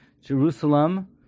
Jerusalem